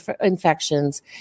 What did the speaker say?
infections